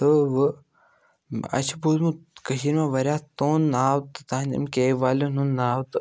تہٕ وۅنۍ اَسہِ چھُ بوٗزمُت کٔشیٖر منٛز واریاہ تُہُنٛد ناو تہٕ تُہنٛدِ اَمہِ کیب والٮ۪ن ہُنٛد ناو تہٕ